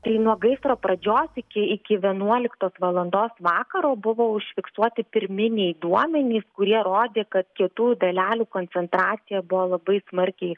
tai nuo gaisro pradžios iki iki vienuoliktos valandos vakaro buvo užfiksuoti pirminiai duomenys kurie rodė kad kietųjų dalelių koncentracija buvo labai smarkiai